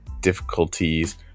difficulties